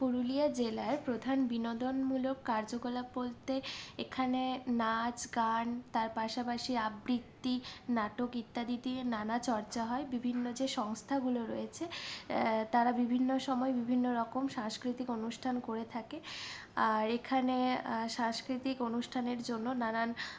পুরুলিয়া জেলায় প্রধান বিনোদনমূলক কার্যকলাপ বলতে এখানে নাচ গান তার পাশাপাশি আবৃত্তি নাটক ইত্যাদি দিয়ে নানা চর্চা হয় বিভিন্ন যে সংস্থাগুলো রয়েছে তারা বিভিন্ন সময় বিভিন্ন রকম সাংস্কৃতিক অনুষ্ঠান করে থাকে আর এখানে সাংস্কৃতিক অনুষ্ঠানের জন্য নানান